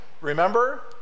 remember